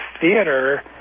theater